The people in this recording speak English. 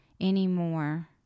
anymore